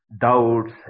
doubts